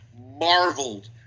marveled